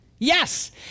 Yes